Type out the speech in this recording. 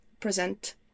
present